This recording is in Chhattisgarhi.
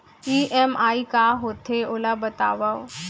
ई.एम.आई का होथे, ओला बतावव